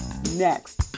next